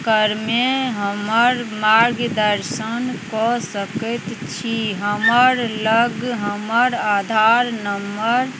करैमे हमर मार्गदर्शन कऽ सकै छी हमरलग हमर आधार नम्बर